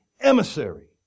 emissary